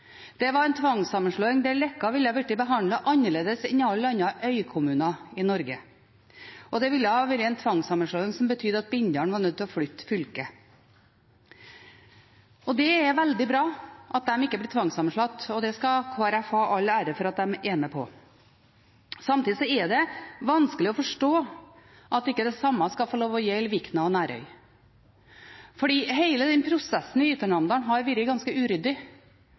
Det var en tvangssammenslåing der Leka ville ha blitt behandlet annerledes enn alle andre øykommuner i Norge. Det ville også ha vært en tvangssammenslåing som betydde at Bindal var nødt til å bytte fylke. Det er veldig bra at de ikke blir tvangssammenslått, og det skal Kristelig Folkeparti ha all ære for at de er med på. Samtidig er det vanskelig å forstå at ikke det samme skal få lov til å gjelde Vikna og Nærøy, for hele denne prosessen i Ytre Namdal har vært ganske uryddig.